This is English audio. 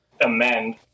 amend